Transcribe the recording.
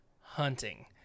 hunting